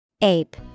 ape